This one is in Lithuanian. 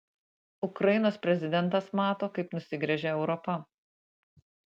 ukrainos prezidentas mato kaip nusigręžia europa